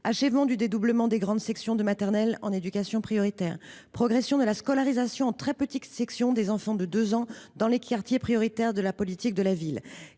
achèvement du dédoublement des grandes sections de maternelle en éducation prioritaire, progression de la scolarisation en très petite section des enfants de 2 ans dans les quartiers prioritaires de la politique de la ville,